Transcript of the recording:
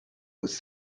was